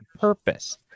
purpose